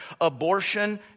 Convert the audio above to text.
abortion